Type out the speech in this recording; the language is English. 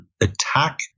attack